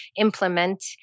implement